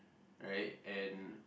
right and